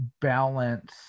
balance